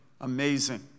amazing